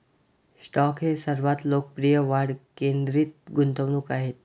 stock हे सर्वात लोकप्रिय वाढ केंद्रित गुंतवणूक आहेत